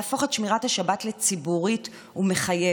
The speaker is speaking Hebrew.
להפוך את שמירת השבת לציבורית ומחייבת,